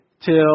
till